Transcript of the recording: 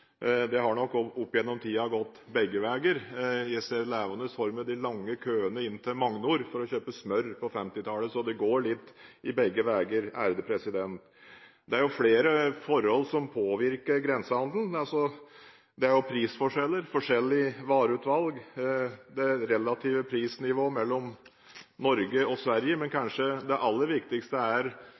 Det har nok opp gjennom tidene gått begge veier. Jeg ser levende for meg de lange køene inn til Magnor på 1950-tallet for å kjøpe smør. Så det går litt begge veier. Det er flere forhold som påvirker grensehandelen. Det er prisforskjeller, forskjellig vareutvalg og det relative prisnivået mellom Norge og Sverige. Men det aller viktigste er